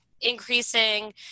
increasing